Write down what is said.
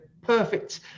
perfect